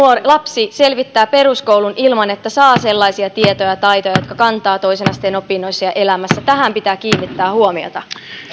lapsi selvittää peruskoulun ilman että saa sellaisia tietoja ja taitoja jotka kantavat toisen asteen opinnoissa ja elämässä tähän pitää kiinnittää huomiota